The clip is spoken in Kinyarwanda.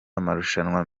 amarushanwa